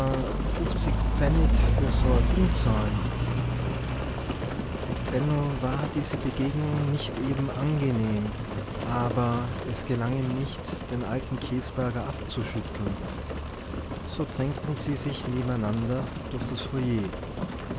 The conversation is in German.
e ding zahle benno war diese begegnung nicht eben angenehm aber es gelang ihm nicht den alten käsberger abzuschütteln so drängten sie sich nebeneinander durch das foyer